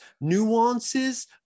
nuances